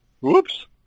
Whoops